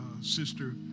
Sister